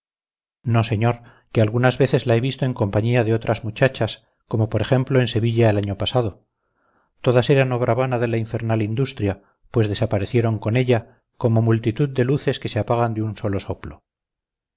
no señor que algunas veces la he visto en compañía de otras muchachas como por ejemplo en sevilla el año pasado todas eran obra vana de la infernal industria pues desaparecieron con ella como multitud de luces que se apagan de un solo soplo